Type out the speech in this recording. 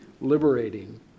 liberating